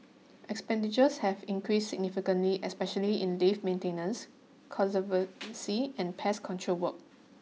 expenditures have increased significantly especially in lift maintenance conservancy and pest control work